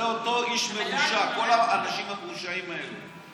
זה אותו איש מרושע, כל האנשים המרושעים האלה.